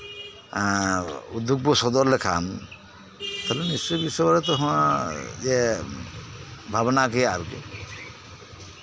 ᱮᱸᱜ ᱩᱫᱽᱫᱳᱜᱽ ᱵᱚᱱ ᱥᱚᱫᱚᱨ ᱞᱮᱠᱷᱟᱱ ᱛᱚᱵᱮ ᱱᱤᱥᱪᱳᱭ ᱵᱤᱥᱥᱚᱵᱷᱟᱨᱚᱛᱤ ᱦᱚᱸᱭ ᱤᱭᱟᱹ ᱵᱷᱟᱵᱱᱟ ᱠᱮᱭᱟ ᱟᱨᱠᱤ